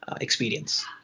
experience